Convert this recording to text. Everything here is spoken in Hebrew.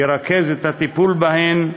ירכז את הטיפול בהן,